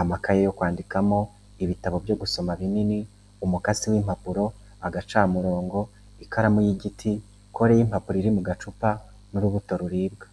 amakaye yo kwandikamo, ibitabo byo gusoma binini, umukasi w'impapuro, agacamurongo, ikaramu y'igiti, kore y'impapuro iri mu gacupa n.urubuto ruribwa.